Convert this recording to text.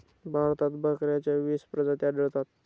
भारतात बकऱ्यांच्या वीस प्रजाती आढळतात